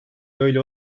böyle